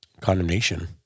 condemnation